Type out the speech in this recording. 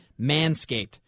manscaped